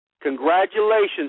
Congratulations